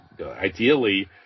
ideally